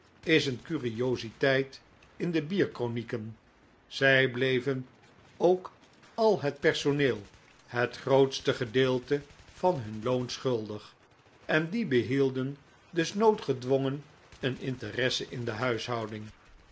is een curiositeit in dc bierkronieken zij bleven ook al het personeel het grootste gedeelte van hun loon schuldig en die behielden dus noodgedwongen een interesse in de huishouding